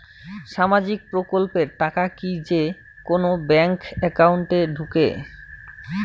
সামাজিক প্রকল্পের টাকা কি যে কুনো ব্যাংক একাউন্টে ঢুকে?